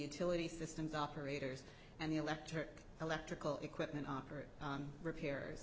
utility systems operators and the electric electrical equipment operator repairs